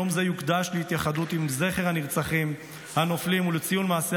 יום זה יוקדש להתייחדות עם זכר הנרצחים והנופלים ולציון מעשי